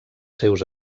seus